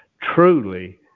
truly